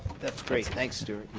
great, thanks stewart.